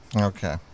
Okay